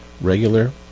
regular